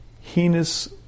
heinous